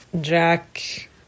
Jack